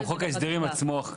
גם חוק ההסדרים עצמו,